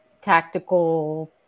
tactical